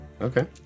Okay